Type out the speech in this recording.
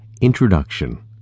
introduction